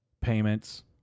payments